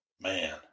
Man